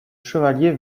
chevalier